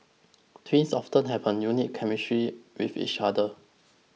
twins often have a unique chemistry with each other